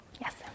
Yes